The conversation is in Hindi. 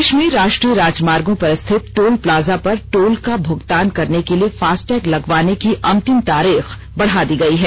देश में राष्ट्रीय राजमार्गों पर स्थित टोल प्लाजा पर टोल का भुगतान करने के लिए फास्टैग लगवाने की अंतिम तारीख बढ़ा दी गई है